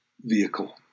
vehicle